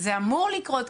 זה אמור לקרות,